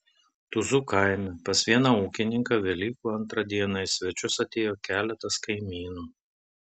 tuzų kaime pas vieną ūkininką velykų antrą dieną į svečius atėjo keletas kaimynų